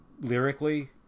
lyrically